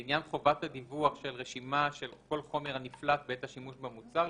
לעניין חובת הדיווח של רשימה של כל חומר הנפלט בעת השימוש במוצר,